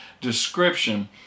description